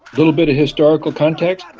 little bit of historical context.